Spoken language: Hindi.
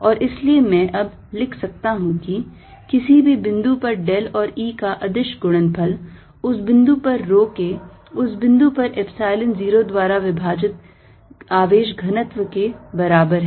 और इसलिए मैं अब लिख सकता हूं कि किसी भी बिंदु पर del और E का अदिश गुणनफल उस बिंदु पर rho के उस बिंदु पर का epsilon zero द्वारा विभाजित आवेश घनत्व के बराबर है